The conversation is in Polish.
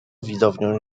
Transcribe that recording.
widownią